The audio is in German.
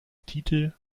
titel